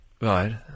Right